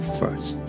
first